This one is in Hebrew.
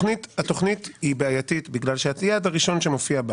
התוכנית היא בעייתית בגלל שהיעד הראשון שמופיע בה